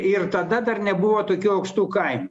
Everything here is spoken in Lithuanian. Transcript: ir tada dar nebuvo tokių aukštų kainų